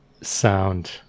sound